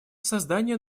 создание